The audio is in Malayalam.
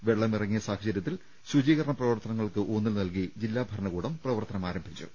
വെള്ളമിറങ്ങിയ സാഹചര്യ ത്തിൽ ശുചീകരണ പ്രവർത്തനങ്ങൾക്ക് ഊന്നൽ നൽകി ജില്ലാ ഭരണകൂടം പ്രവർത്തനം ആരംഭിച്ചു